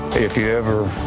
if you ever,